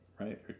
right